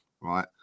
right